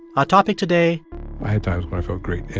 our topic today. i had times when i felt great yeah